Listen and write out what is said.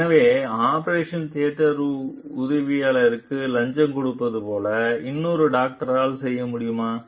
எனவே operation theatre உதவியாளருக்கு லஞ்சம் கொடுப்பது போல இன்னொரு டாக்டரால் செய்ய முடியுமா